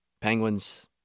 Penguins